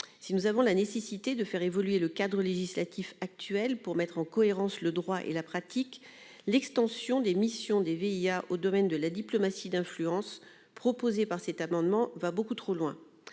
S'il est nécessaire de faire évoluer le cadre législatif actuel pour mettre en cohérence le droit et la pratique, l'extension des missions des VIA au domaine de la diplomatie d'influence prévue par cet article va beaucoup trop loin.